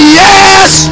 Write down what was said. yes